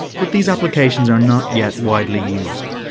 but these applications are not yet widely used.